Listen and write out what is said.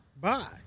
bye